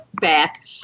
back